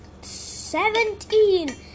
seventeen